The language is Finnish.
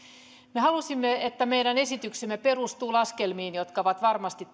me halusimme että meidän esityksemme perustuu laskelmiin jotka ovat varmasti